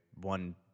One